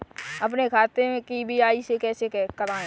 अपने खाते में के.वाई.सी कैसे कराएँ?